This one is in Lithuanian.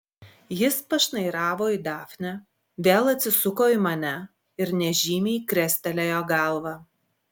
jis pašnairavo į dafnę vėl atsisuko į mane ir nežymiai krestelėjo galva